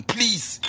Please